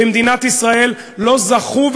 במדינת ישראל לא זכו,